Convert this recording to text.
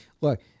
look